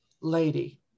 Lady